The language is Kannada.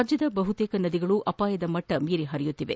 ರಾಜ್ಯದ ಬಹುತೇಕ ನದಿಗಳು ಅಪಾಯದ ಮಟ್ಟ ಮೀರಿ ಹರಿಯುತ್ತಿದೆ